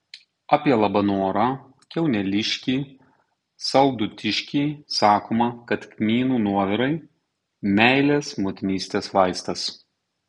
apie labanorą kiauneliškį saldutiškį sakoma kad kmynų nuovirai meilės motinystės vaistas